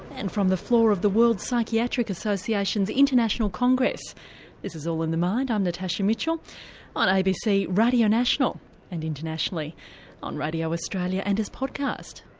and from the floor of the world psychiatric association's international congress this is all in the mind, i'm natasha mitchell on abc radio national and internationally on radio australia and as podcast.